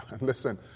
Listen